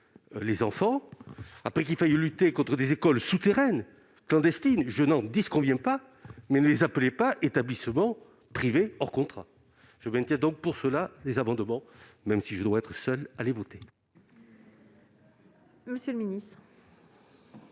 les enfants ... Qu'il faille lutter contre des écoles souterraines, clandestines, je n'en disconviens pas. Mais ne les appelez pas établissements privés hors contrat ! Je maintiens donc mes amendements, même si je dois être seul à les voter.